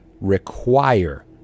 require